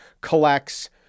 collects